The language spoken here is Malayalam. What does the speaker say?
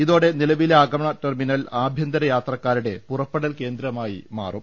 ഇതോടെ നിലവിലെ ആഗമന ടെർമിനൽ ആഭ്യന്തര യാത്രക്കാരുടെ പുറപ്പെടൽ കേന്ദ്രമായി മാറും